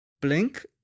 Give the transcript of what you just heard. Blink